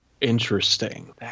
Interesting